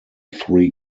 three